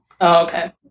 okay